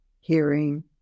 hearing